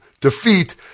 defeat